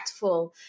impactful